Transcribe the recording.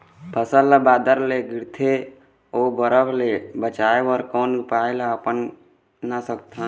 फसल ला बादर ले गिरथे ओ बरफ ले बचाए बर कोन उपाय ला अपना सकथन?